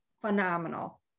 phenomenal